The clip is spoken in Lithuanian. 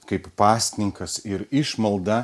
kaip pasninkas ir išmalda